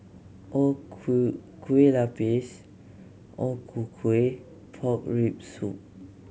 O ku kue lupis O Ku Kueh pork rib soup